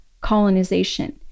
colonization